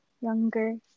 Younger